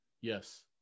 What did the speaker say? Yes